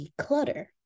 declutter